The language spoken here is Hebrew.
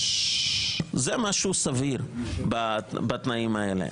זה משהו סביר בתנאים האלה.